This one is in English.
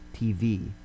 TV